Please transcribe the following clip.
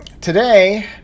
today